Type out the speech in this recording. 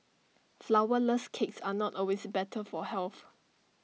Flourless Cakes are not always better for health